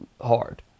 hard